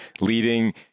leading